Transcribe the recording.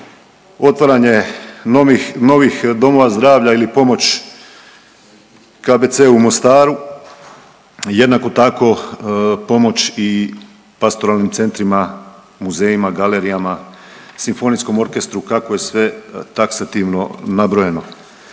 otvaranje novih domova zdravlja ili pomoć KBC-u u Mostaru, jednako tako pomoć i pastoralnim centrima, muzejima, galerijama, simfonijskom orkestru kako je sve taksativno nabrojeno.